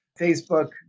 Facebook